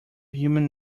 human